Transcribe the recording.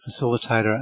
facilitator